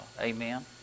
Amen